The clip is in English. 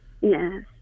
Yes